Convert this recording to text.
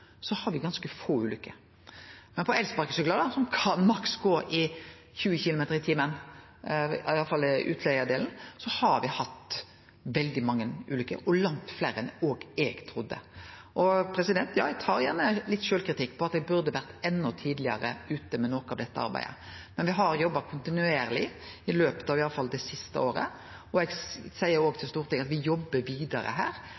har me ganske få ulykker. Men på elsparkesyklar, som maks kan gå i 20 km/t, i alle fall utleigedelen, har me hatt veldig mange ulykker og langt fleire enn òg eg trudde. Ja, eg tar gjerne litt sjølvkritikk på at eg burde vore enda tidlegare ute med noko av dette arbeidet, men me har jobba kontinuerleg i løpet av i alle fall det siste året.